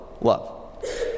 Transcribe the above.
love